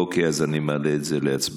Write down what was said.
אוקיי, אז אני מעלה את זה להצבעה.